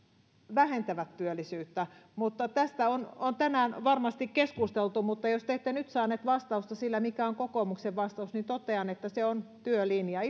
vähentävät työllisyyttä mutta tästä on on tänään varmasti keskusteltu jos te ette nyt saaneet vastausta siihen mikä on kokoomuksen linja niin totean että se on työlinja